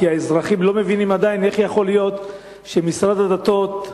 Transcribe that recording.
כי האזרחים לא מבינים עדיין איך יכול להיות שמשרד הדתות,